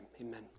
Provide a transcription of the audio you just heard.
Amen